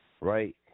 right